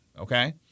okay